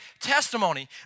testimony